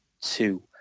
two